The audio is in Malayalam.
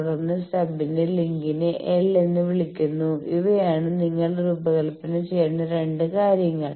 തുടർന്ന് സ്റ്റബിന്റെ ലിങ്കിനെ L എന്ന് വിളിക്കുന്നു ഇവയാണ് നിങ്ങൾ രൂപകൽപ്പന ചെയ്യേണ്ട 2 കാര്യങ്ങൾ